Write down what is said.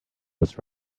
was